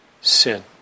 sin